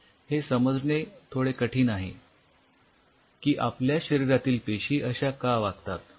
हे समजणे थोडे कठीण आहे की आपल्या शरीरातील पेशी अश्या का वागतात